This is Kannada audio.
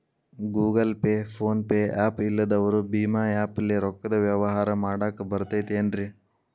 Google Pay, PhonePe app ಇಲ್ಲದವರು ಭೇಮಾ ಆ್ಯಪ್ ಲೇ ರೊಕ್ಕದ ವ್ಯವಹಾರ ಮಾಡಾಕ್ ಬರತೈತೇನ್ರೇ?